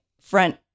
front